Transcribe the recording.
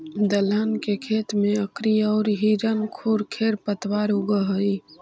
दलहन के खेत में अकरी औउर हिरणखूरी खेर पतवार उगऽ हई